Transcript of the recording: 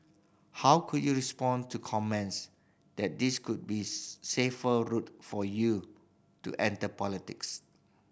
how could you respond to comments that this could be safer route for you to enter politics